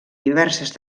diverses